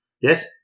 yes